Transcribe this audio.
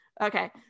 okay